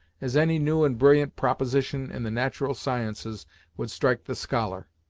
as any new and brilliant proposition in the natural sciences would strike the scholar.